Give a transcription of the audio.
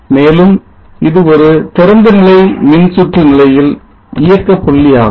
மேலும் இது ஒரு திறந்தநிலை மின்சுற்று நிலையில் இயக்க புள்ளியாகும்